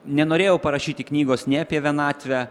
nenorėjau parašyti knygos nei apie vienatvę